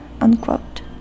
unquote